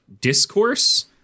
discourse